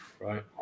right